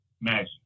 magic